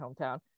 hometown